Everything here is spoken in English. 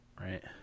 right